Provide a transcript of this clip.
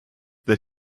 that